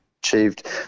achieved